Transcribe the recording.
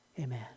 amen